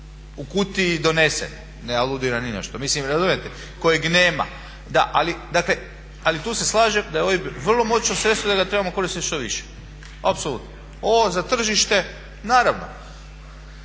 u kutiji donesen. Ne aludiram ni na što. Mislim razumijete? Kojeg nema. Ali tu se slažem da je OIB vrlo moćno sredstvo i da ga trebamo koristiti što više, apsolutno. Ovo za tržište, naravno,